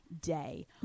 day